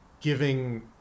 giving